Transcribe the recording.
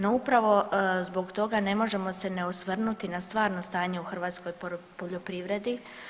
No, upravo zbog toga ne možemo se ne osvrnuti na stvarno stanje u hrvatskoj poljoprivredi.